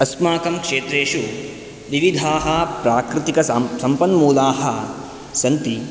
अस्माकं क्षेत्रेषु विविधाः प्राकृतिक सम्पन्मूलाः सन्ति